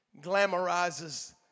Glamorizes